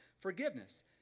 Forgiveness